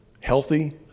healthy